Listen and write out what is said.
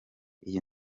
iyi